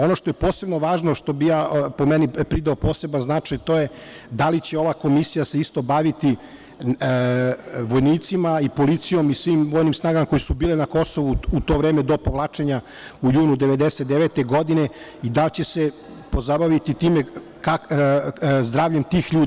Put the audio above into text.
Ono što je posebno važno po meni, čemu bih pridao poseban značaj, to je da li će se ova komisija isto baviti vojnicima i policijom i svim vojnim snagama koje su bile na Kosovu u to vreme do povlačenja u junu 1999. godine, i da li će se pozabaviti zdravljem tih ljudi?